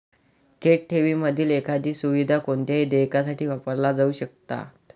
थेट ठेवींमधील एकाधिक सुविधा कोणत्याही देयकासाठी वापरल्या जाऊ शकतात